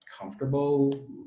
comfortable